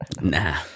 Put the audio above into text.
Nah